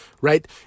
right